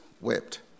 wept